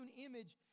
image